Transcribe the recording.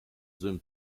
złym